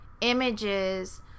images